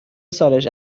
سالش